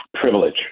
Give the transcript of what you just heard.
privilege